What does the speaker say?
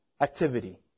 activity